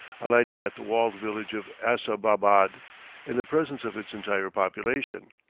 alighting at the walled village of assababad in the presence of its entire population.